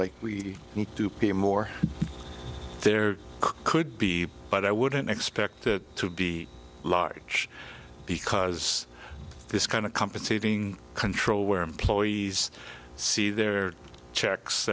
like we need to pay more there could be but i wouldn't expect it to be large because this kind of compensating control where employees see their checks